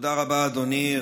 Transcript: תודה רבה, אדוני.